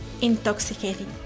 intoxicating